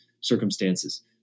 circumstances